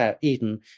Eden